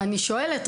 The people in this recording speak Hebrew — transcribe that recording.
ואני שואלת,